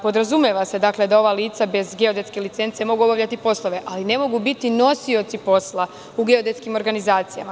Podrazumeva se da ova lica bez geodetske licence mogu obavljati poslove, ali ne mogu biti nosioci posla u geodetskim organizacijama.